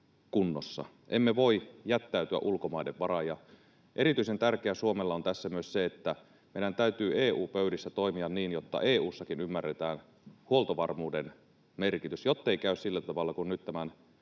emme voi jättäytyä ulkomaiden varaan. Erityisen tärkeää Suomelle on tässä myös se, että meidän täytyy EU-pöydissä toimia niin, että EU:ssakin ymmärretään huoltovarmuuden merkitys, jottei käy sillä tavalla kuin nyt tämän